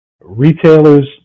retailers